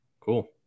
cool